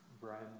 Brian